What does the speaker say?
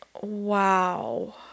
Wow